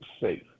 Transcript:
safe